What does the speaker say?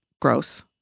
gross